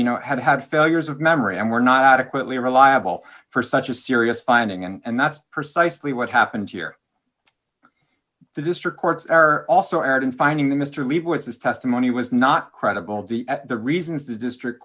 you know had had failures of memory and were not adequately reliable for such a serious finding and that's precisely what happened here the district courts are also add in finding the mr liebowitz his testimony was not credible the at the reasons the district